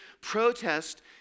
protest